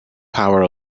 power